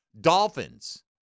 Dolphins